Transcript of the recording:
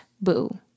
boo